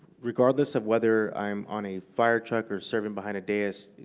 regardless of whether i'm on a fire truck or serving behind a dais,